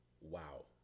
Wow